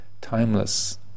timeless